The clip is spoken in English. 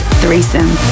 threesome